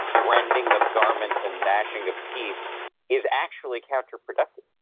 rending of garments, and mashing of teeth is actually counter productive,